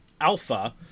Alpha